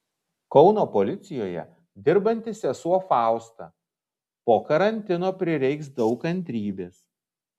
kauno policijoje dirbanti sesuo fausta po karantino prireiks daug kantrybės